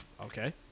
okay